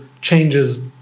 changes